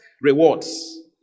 rewards